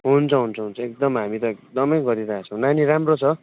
हुन्छ हुन्छ हुन्छ एकदम हामी त एकदमै गरिरहेछौँ नानी राम्रो छ